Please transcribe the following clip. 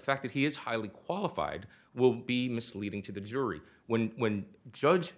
fact that he is highly qualified will be misleading to the jury when when judge